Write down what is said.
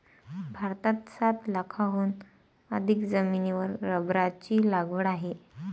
भारतात सात लाखांहून अधिक जमिनीवर रबराची लागवड आहे